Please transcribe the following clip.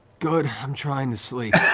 good. i'm trying to sleep.